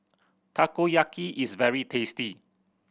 takoyaki is very tasty